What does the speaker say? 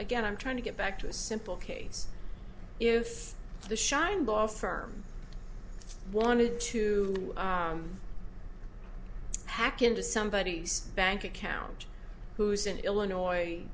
again i'm trying to get back to a simple case if the shine law firm wanted to hack into somebody's bank account who's an illinois